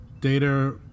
Data